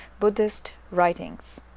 buddhist writings.